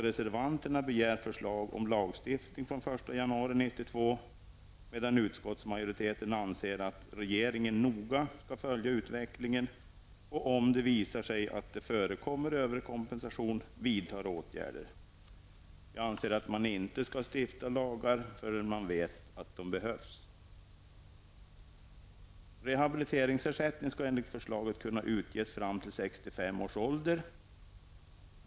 Reservanterna begär förslag om lagstiftning från den 1 januari 1992, medan utskottsmajoriteten anser att regeringen noga skall följa utvecklingen och vidta åtgärder om det visar sig att det förekommer överkompensation. Vi anser att man inte skall stifta lagar förrän man vet att de behövs. Rehabiliteringsersättning skall enligt förslaget kunna utges fram till 65 års ålder.